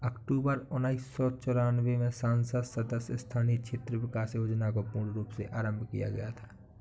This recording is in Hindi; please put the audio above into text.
अक्टूबर उन्नीस सौ चौरानवे में संसद सदस्य स्थानीय क्षेत्र विकास योजना को पूर्ण रूप से आरम्भ किया गया था